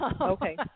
Okay